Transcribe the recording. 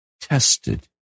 tested